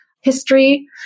history